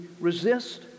resist